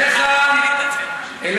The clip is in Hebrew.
סליחה, גברתי היושבת-ראש.